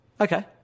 okay